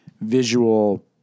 visual